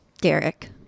Derek